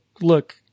look